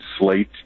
slate